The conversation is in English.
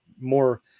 more